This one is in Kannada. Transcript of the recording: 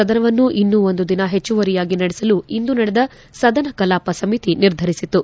ಸದನವನ್ನು ಇನ್ನೂ ಒಂದು ದಿನ ಹೆಚ್ಚುವರಿಯಾಗಿ ನಡೆಸಲು ಇಂದು ನಡೆದ ಸದನ ಕಲಾಪ ಸಮಿತಿ ನಿರ್ಧರಿಸಿತು